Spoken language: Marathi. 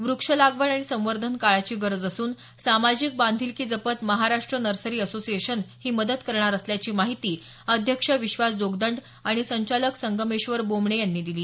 व्रक्ष लागवड आणि संवर्धन काळाची गरज असून सामाजिक बांधिलकी जपत महाराष्ट नर्सरी असोसिएशन ही मदत करणार असल्याची माहिती अध्यक्ष विश्वास जोगदंड आणि संचालक संगमेश्वर बोमणे यांनी दिली